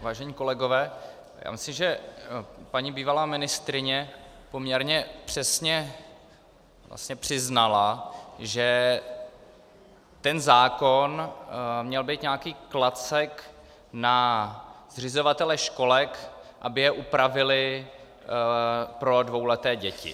Vážení kolegové, já myslím, že paní bývalá ministryně poměrně přesně přiznala, že ten zákon měl být nějaký klacek na zřizovatele školek, aby je upravili pro dvouleté děti.